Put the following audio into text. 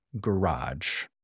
garage